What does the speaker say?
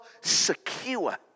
secure